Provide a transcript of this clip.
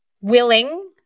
willing